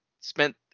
spent